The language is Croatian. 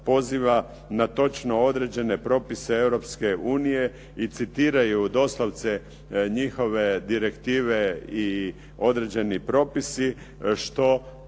na točno određene propise Europske unije i citiraju doslovce njihove direktive i određeni propisi što